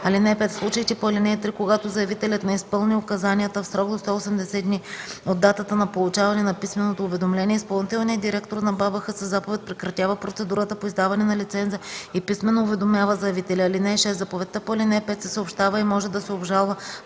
„(5) В случаите по ал. 3, когато заявителят не изпълни указанията в срок до 180 дни от датата на получаване на писменото уведомление, изпълнителният директор на БАБХ със заповед прекратява процедурата по издаване на лиценза и писмено уведомява заявителя. (6) Заповедта по ал. 5 се съобщава и може да се обжалва